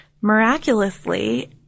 miraculously